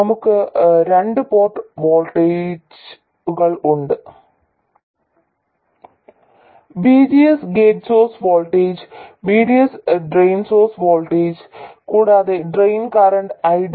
നമുക്ക് രണ്ട് പോർട്ട് വോൾട്ടേജുകൾ ഉണ്ട് VGS gate source voltage VDS drain source voltage കൂടാതെ ഡ്രെയിൻ കറന്റ് ID